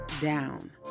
down